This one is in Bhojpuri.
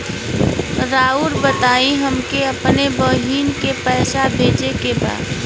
राउर बताई हमके अपने बहिन के पैसा भेजे के बा?